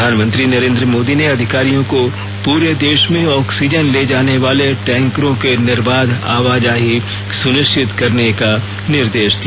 प्रधानमंत्री नरेंद्रमोदी ने अधिकारियों को पूरे देश में ऑक्सीजन ले जाने वाले टैंकरों की निर्बाध आवाजाही सुनिश्चित करने का निर्देश दिया